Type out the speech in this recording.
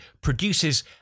produces